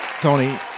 Tony